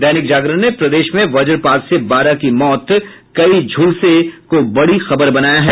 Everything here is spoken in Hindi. दैनिक जागरण ने प्रदेश में वज्रपात से बारह की मौत कई झुलसे को बड़ी खबर बनाया है